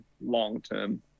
long-term